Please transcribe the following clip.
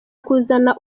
kuzana